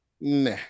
Nah